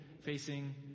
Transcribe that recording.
facing